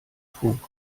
funk